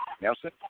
Nelson